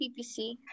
PPC